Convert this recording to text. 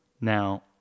now